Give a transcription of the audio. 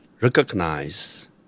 recognize